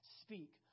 speak